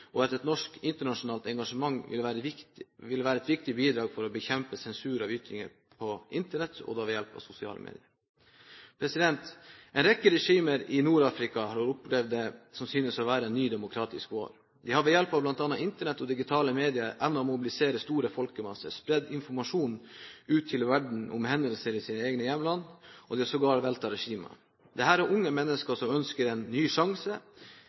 å bekjempe sensur av ytringer på Internett, og da ved hjelp av sosiale medier. En rekke regimer i Nord-Afrika har opplevd det som synes å være en ny demokratisk vår. De har ved hjelp av bl.a. Internett og digitale medier evnet å mobilisere store folkemasser, spredt informasjon ut til verden om hendelser i sine egne hjemland, og de har sågar veltet regimer. Dette er unge mennesker som ønsker en ny sjanse.